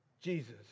Jesus